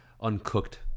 uncooked